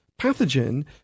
pathogen